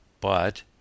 But